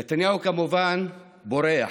נתניהו כמובן בורח,